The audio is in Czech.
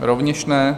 Rovněž ne.